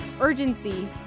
urgency